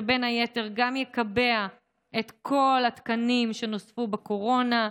שבין היתר גם יקבע את כל התקנים שנוספו בקורונה,